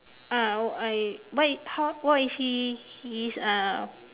ah I what why how what is he his uh cakap je